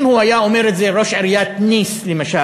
אם הוא היה אומר את זה, ראש עיריית ניס למשל,